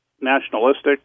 nationalistic